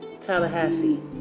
Tallahassee